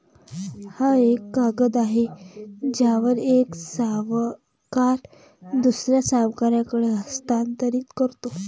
हा एक कागद आहे ज्यावर एक सावकार दुसऱ्या सावकाराकडे हस्तांतरित करतो